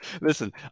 Listen